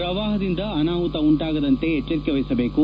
ಪ್ರವಾಹದಿಂದ ಅನಾಹುತ ಉಂಟಾಗದಂತೆ ಎಚ್ಚರಿಕೆ ವಹಿಸಬೇಕು